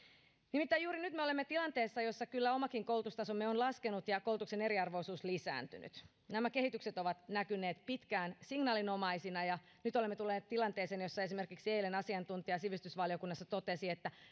nimittäin juuri nyt me olemme tilanteessa jossa kyllä omakin koulutustasomme on laskenut ja koulutuksen eriarvoisuus lisääntynyt nämä kehitykset ovat näkyneet pitkään signaalinomaisina ja nyt olemme tulleet tilanteeseen jossa esimerkiksi eilen asiantuntija sivistysvaliokunnassa totesi että